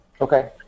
Okay